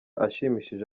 ashimishije